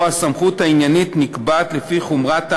שבו הסמכות העניינית נקבעת לפי חומרת העבירות,